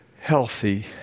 healthy